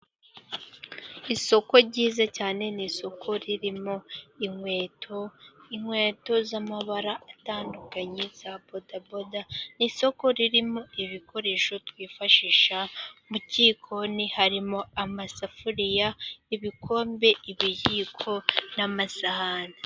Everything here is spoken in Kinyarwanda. Isoko ryiza cyane, ni isoko ririmo inkweto, inkweto z'amabara atandukanye za bodaboda, ni isoko ririmo ibikoresho twifashisha mu gikoni, harimo amasafuriya, ibikombe, ibiyiko n'amasahani.